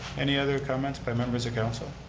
any other comments by members of council?